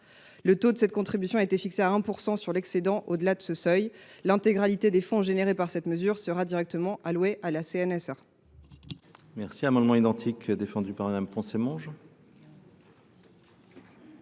Le taux de cette contribution a été fixé à 1 % sur l’excédent au delà de ce seuil. L’intégralité des fonds générés par cette mesure sera directement allouée à la CNSA.